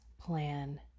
plan